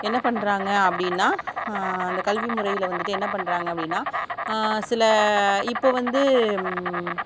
என்ன பண்ணுறாங்க அப்படினா அந்த கல்வி முறையில் வந்துட்டு என்ன பண்ணுறாங்க அப்படினா சில இப்போ வந்து